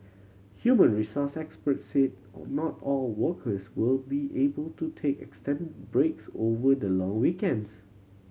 human resources experts say all not all workers will be able to take extend breaks over the long weekends